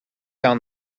down